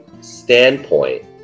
standpoint